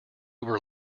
were